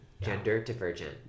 gender-divergent